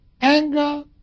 anger